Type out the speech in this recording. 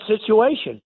situation